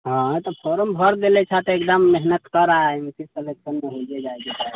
हँ हँ तऽ फॉर्म भरि देलेके साथे एकदम मेहनत करह जाहिसँ सिलेक्शन तऽ होइए जाइके चाही